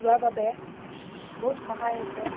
লোৱাৰ বাবে বহুত সহায় হৈছে